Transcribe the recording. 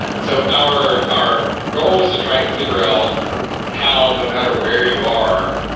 so our our goal is to try and figure out how no matter where you are,